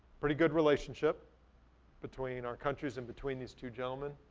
pretty good relationship between our countries and between these two gentlemen.